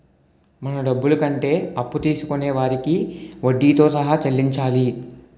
మన డబ్బులు కంటే అప్పు తీసుకొనే వారికి వడ్డీతో సహా చెల్లించాలి